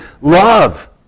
Love